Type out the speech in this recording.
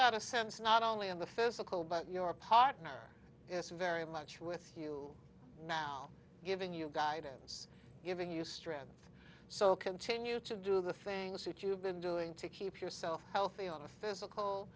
got a sense not only in the physical but your partner is very much with you now giving you guidance giving you strength so continue to do the things that you've been doing to keep yourself healthy on a physical